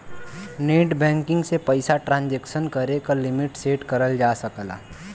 net banking से पइसा transaction करे क लिमिट सेट करल जा सकला